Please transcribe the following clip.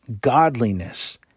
godliness